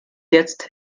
jetzt